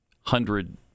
hundred